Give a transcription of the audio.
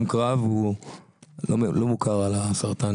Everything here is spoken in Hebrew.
הוא המון זמן הלום קרב והוא לא מוכר בגין הסרטן.